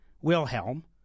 Wilhelm